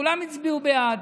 כולם הצביעו בעד.